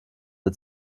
der